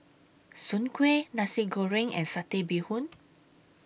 Soon Kueh Nasi Goreng and Satay Bee Hoon